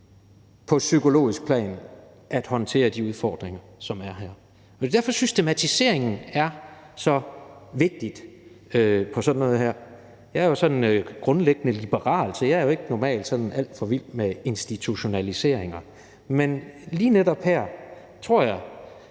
på psykologisk plan at håndtere de udfordringer, som er her. Det er derfor, systematiseringen er så vigtig i sådan noget her. Jeg er grundlæggende liberal, så jeg er ikke normalt sådan alt for vild med institutionaliseringer, men lige netop her tror jeg,